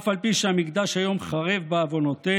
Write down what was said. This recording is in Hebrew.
אף על פי שהמקדש היום חרב, בעוונותינו,